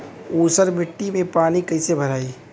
ऊसर मिट्टी में पानी कईसे भराई?